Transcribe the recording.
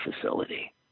facility